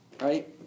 right